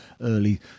early